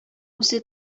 үзе